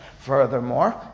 Furthermore